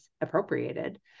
appropriated